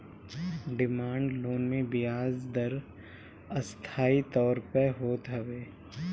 demand loan मे बियाज दर अस्थाई तौर पअ होत हवे